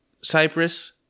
Cyprus